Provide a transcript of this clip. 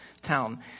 town